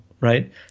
right